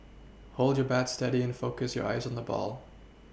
hold your bat steady and focus your eyes on the ball